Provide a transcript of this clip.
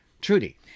Trudy